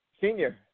Senior